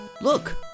Look